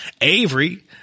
Avery